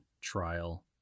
trial